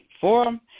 forum